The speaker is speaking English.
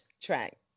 track